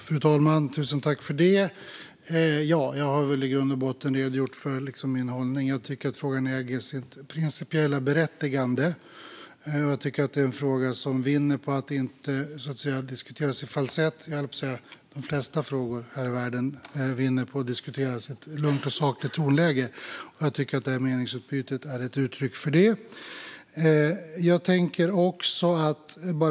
Fru talman! Jag har väl i grund och botten redogjort för min hållning. Jag tycker att frågan äger sitt principiella berättigande och att det är en fråga som vinner på att inte så att säga diskuteras i falsett. De flesta frågor här i världen vinner på att diskuteras i ett lugnt och sakligt tonläge, och jag tycker att det här meningsutbytet är ett uttryck för det.